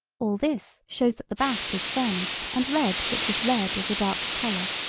all this shows that the back is furnished and red which is red is a dark color.